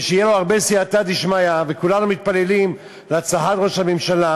ושתהיה לו הרבה סייעתא דשמיא וכולנו מתפללים להצלחת ראש הממשלה,